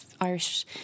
Irish